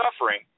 suffering